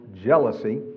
jealousy